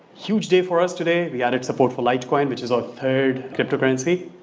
huge day for us today, we added support for light coin which is our third crypto currency